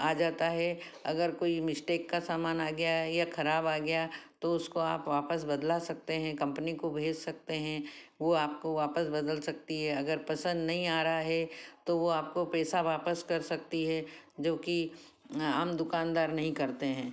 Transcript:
आ जाता है अगर कोई मिस्टेक का सामान आ गया या खराब आ गया तो उसको आप वापस बदला सकते हैं कंपनी को भेज सकते हैं वो आपको वापस बदल सकती है अगर पसंद नहीं आ रहा है तो वो आपको पैसा वापस कर सकती है जो की आम दुकानदार नहीं करते हैं